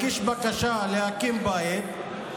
הגיש בקשה להקים בית.